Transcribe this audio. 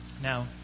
Now